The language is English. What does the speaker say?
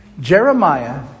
Jeremiah